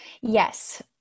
Yes